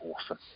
awesome